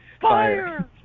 Fire